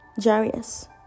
Jarius